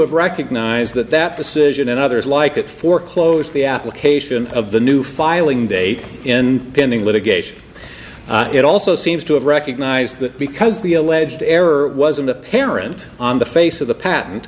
have recognized that that decision and others like it for close the application of the new filing date and pending litigation it also seems to have recognised that because the alleged error wasn't apparent on the face of the patent